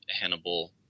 hannibal